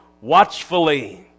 watchfully